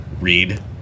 Read